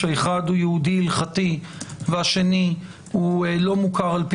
כשהאחד הוא יהודי הלכתי והשני לא מוכר על-פי